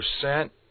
percent